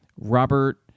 robert